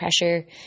pressure